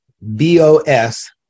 bos